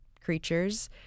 creatures